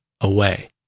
away